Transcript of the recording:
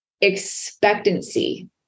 expectancy